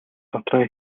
дотроо